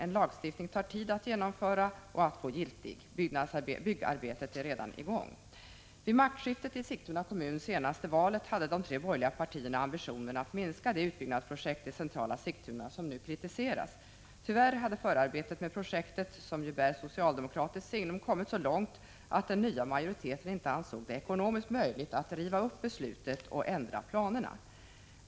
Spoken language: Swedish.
En lagstiftning tar tid att genomföra och få giltig, och byggarbetet är redan i gång. partierna ambitionen att minska det utbyggnadsprojekt i centrala Sigtuna som nu kritiseras. Tyvärr hade förarbetet till projektet, som ju bär socialdemokratiskt signum, kommit så långt att den nya majoriteten inte ansåg det ekonomiskt möjligt att riva upp beslutet och ändra planerna.